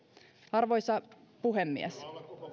arvoisa puhemies